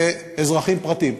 ואזרחים פרטיים,